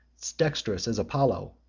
dexterous as apollo,